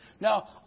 Now